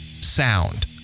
sound